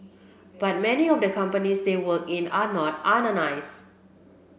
but many of the companies they work in are not unionised